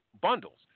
Bundles